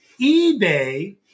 eBay